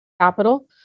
capital